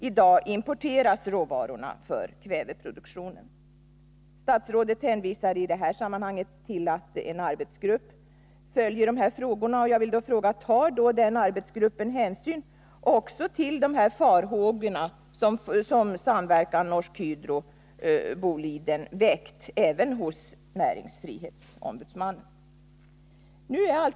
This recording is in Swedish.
I dag importeras råvarorna för kväveproduktionen. Statsrådet hänvisar i detta sammanhang till att en arbetsgrupp följer de här frågorna. Jag skulle då vilja veta: Tar den arbetsgruppen hänsyn också till de farhågor som en samverkan mellan Norsk Hydro och Boliden väckt även hos näringsfrihetsombudsmannen?